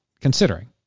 considering